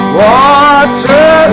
water